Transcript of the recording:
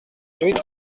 huit